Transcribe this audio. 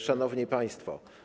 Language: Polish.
Szanowni Państwo!